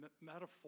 metaphor